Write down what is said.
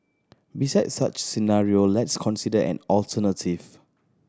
besides such scenario let's consider an alternative